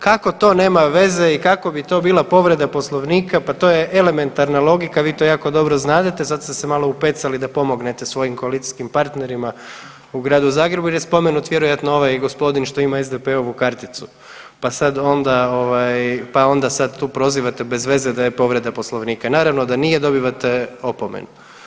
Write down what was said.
Kako to nema veze i kako bi to bila povreda Poslovnika, pa to je elementarna logika, vi to jako dobro znadete zato ste se malo upecali da pomognete svojim koalicijskim partnerima u Gradu Zagrebu jer je spomenut vjerojatno ovaj gospodin što ima SDP-ovu karticu, pa sad onda ovaj, pa onda sad tu prozivate bez veze da je povreda Poslovnika, naravno da nije, dobivate opomenu.